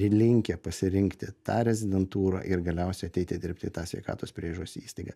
linkę pasirinkti tą rezidentūrą ir galiausiai ateiti dirbti į tą sveikatos priežiūros įstaigą